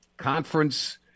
conference